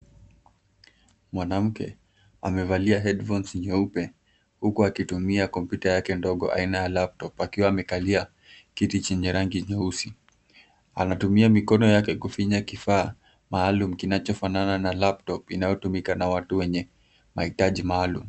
Mwanamke amevalia head phones nyeupe huku akitumia kompyuta yake aina ya laptop akiwa amekalia kiti chenye rangi nyeusi. Anatumia mikono yake kufinya vifaa maalum kinachofanana na laptop kinayotumika na watu wenye mahitaji maalum.